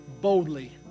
boldly